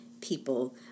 people